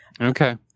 Okay